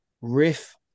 riff